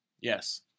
Yes